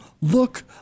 Look